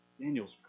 Daniel's